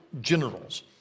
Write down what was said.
generals